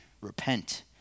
repent